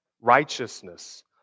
righteousness